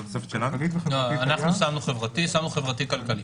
אנחנו שמנו חברתי כלכלי.